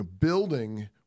building